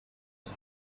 use